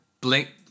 Blink